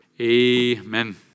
amen